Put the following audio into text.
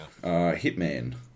Hitman